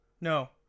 No